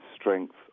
strength